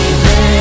Baby